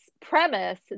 premise